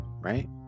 Right